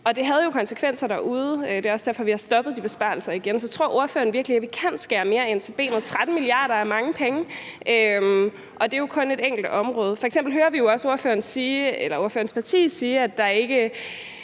Det havde jo konsekvenser derude, og det er også derfor, vi har stoppet de besparelser igen. Så tror ordføreren virkelig, at vi kan skære mere ind til benet? 13 mia. kr. er mange penge, og det er jo kun på et enkelt område. F.eks. hører vi jo også ordførerens parti sige, at